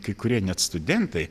kai kurie net studentai